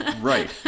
Right